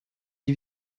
die